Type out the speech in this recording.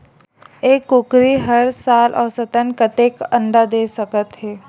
एक कुकरी हर साल औसतन कतेक अंडा दे सकत हे?